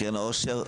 קרן העושר.